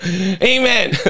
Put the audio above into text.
Amen